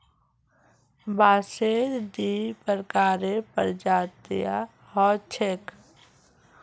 बांसेर दी प्रकारेर प्रजातियां ह छेक